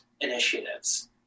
initiatives